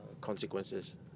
consequences